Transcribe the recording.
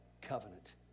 covenant